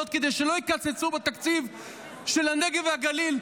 כדי שלא יקצצו בתקציב של הנגב והגליל,